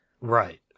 Right